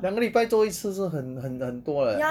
两个礼拜做一次是很很很多 leh